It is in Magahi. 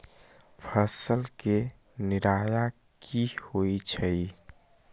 फसल के निराया की होइ छई?